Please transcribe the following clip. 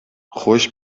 خوش